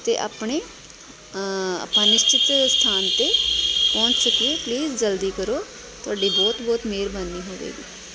ਅਤੇ ਆਪਣੇ ਆਪਾਂ ਨਿਸ਼ਚਿਤ ਸਥਾਨ 'ਤੇ ਪਹੁੰਚ ਸਕੀਏ ਪਲੀਜ਼ ਜਲਦੀ ਕਰੋ ਤੁਹਾਡੀ ਬਹੁਤ ਬਹੁਤ ਮਿਹਰਬਾਨੀ ਹੋਵੇਗੀ